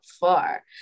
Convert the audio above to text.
far